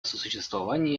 сосуществование